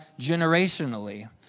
generationally